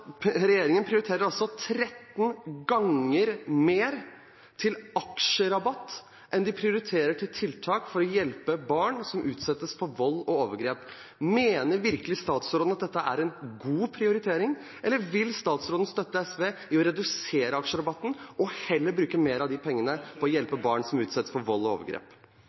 Regjeringen prioriterer altså 13 ganger mer til aksjerabatt enn til tiltak for å hjelpe barn som utsettes for vold og overgrep. Da spør jeg igjen statsråden: Mener virkelig statsråden at dette er en god prioritering, eller vil statsråden støtte SV i å redusere aksjerabatten og heller bruke mer av de pengene på barn som utsettes for vold og overgrep?